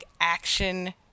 action